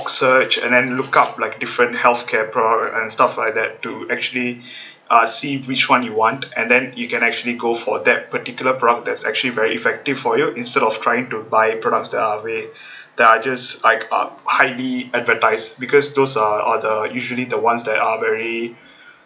search and then look up like different healthcare products and stuff like that to actually uh see which one you want and then you can actually go for that particular product that's actually very effective for you instead of trying to buy products that are made that are just like um highly advertised because those are are the usually the ones that are very